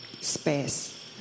space